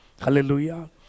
Hallelujah